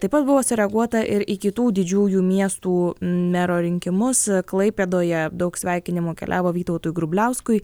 taip pat buvo sureaguota ir į kitų didžiųjų miestų mero rinkimus klaipėdoje daug sveikinimų keliavo vytautui grubliauskui